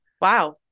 Wow